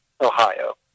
Ohio